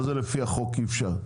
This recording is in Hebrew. מה זה לפי החוק אי אפשר?